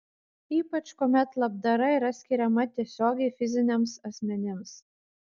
ypač kuomet labdara yra skiriama tiesiogiai fiziniams asmenims